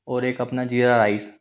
और एक अपना ज़ीरा राइस